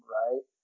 right